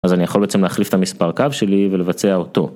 אז אני יכול בעצם להחליף את המספר קו שלי ולבצע אותו.